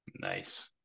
nice